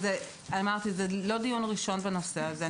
כאמור, זה לא דיון ראשון בנושא הזה.